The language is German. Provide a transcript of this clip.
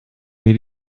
mir